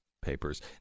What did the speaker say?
Papers